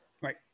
right